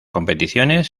competiciones